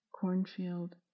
cornfield